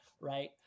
right